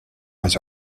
was